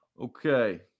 Okay